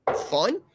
fun